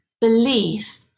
belief